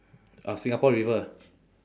uh singapore river